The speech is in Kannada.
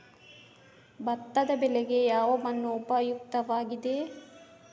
ಭತ್ತದ ಬೆಳೆಗೆ ಯಾವ ಮಣ್ಣು ಉಪಯುಕ್ತವಾಗಿದೆ?